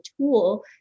tool